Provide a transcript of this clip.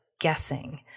guessing